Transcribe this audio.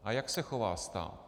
A jak se chová stát?